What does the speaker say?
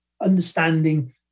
understanding